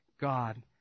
God